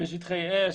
בשטחי אש,